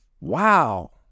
Wow